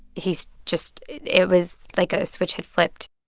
he just it it was like a switch had flipped.